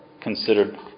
considered